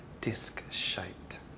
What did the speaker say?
disc-shaped